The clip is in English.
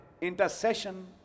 Intercession